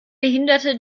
behinderte